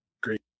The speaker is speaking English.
Great